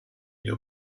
your